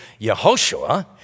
Yehoshua